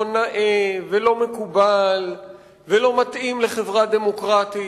נאה ולא מקובל ולא מתאים לחברה דמוקרטית,